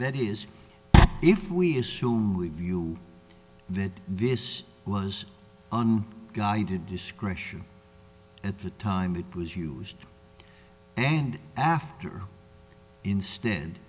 that is if we assume we view that this was guided discretion at the time it was used and after instead